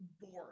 bored